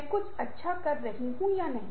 मैं कुछ अच्छा कर रहा हूं या नहीं